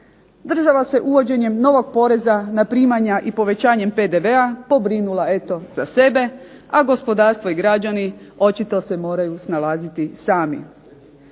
Država se uvođenjem novog poreza na primanja i povećanjem PDV-a pobrinula eto za sebe, a gospodarstvo i građani očito se moraju snalaziti sami.